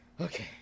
Okay